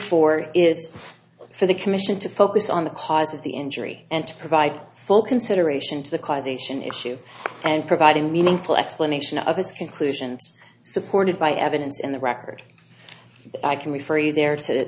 for is for the commission to focus on the cause of the injury and to provide full consideration to the causation issue and providing meaningful explanation of his conclusions supported by evidence in the record i can be free there to